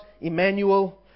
Emmanuel